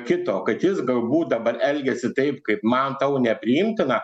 kito kad jis galbūt dabar elgiasi taip kaip man tau nepriimtina